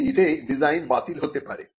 এটিতে ডিজাইন বাতিল হতে পারে